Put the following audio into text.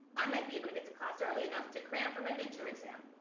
i might be able to get to class early enough to cram for my mid term exam.